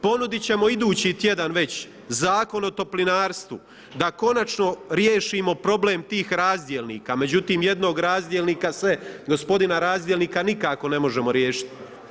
Ponudit ćemo idući tjedan već zakon o toplinarstvu da konačno riješimo problem tih razdjelnika, međutim jednog razdjelnika se gospodina razdjelnika, nikako ne možemo riješiti.